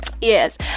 Yes